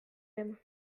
aime